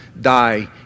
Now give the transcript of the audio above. die